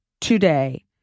today